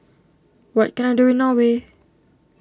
what can I do in Norway